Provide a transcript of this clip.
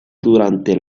durante